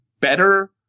better